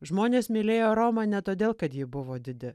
žmonės mylėjo romą ne todėl kad ji buvo didi